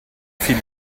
viel